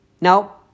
Now